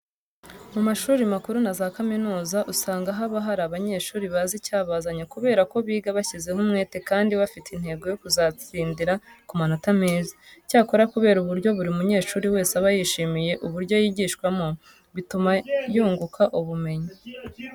Mu mashuri makuru na za kaminuza usanga haba hari abanyeshuri bazi icyabazanye kubera ko biga bashyizeho umwete kandi bafite intego yo kuzatsindira ku manota meza. Icyakora kubera uburyo buri munyeshuri wese aba yishimiye uburyo yigishwamo bituma yunguka ubumenyi.